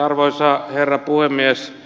arvoisa herra puhemies